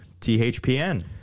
THPN